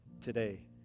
today